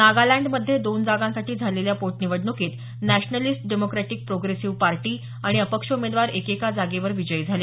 नागालँडमध्ये दोन जागांसाठी झालेल्या पोटनिवडणुकीत नॅशनलिस्ट डेमोक्रॅटिक प्रोग्रेसिव्ह पार्टी आणि अपक्ष उमेदवार एकेका जागेवर विजयी झाले